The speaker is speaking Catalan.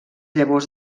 llavors